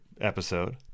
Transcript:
episode